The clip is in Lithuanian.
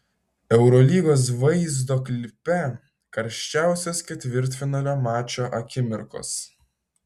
eurolygos vaizdo klipe karščiausios ketvirtfinalio mačų akimirkos